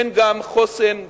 אין גם חוסן ביטחוני.